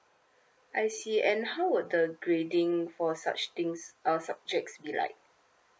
I see and how would the grading for such things uh subjects be like